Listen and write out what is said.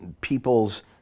people's